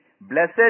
Blessed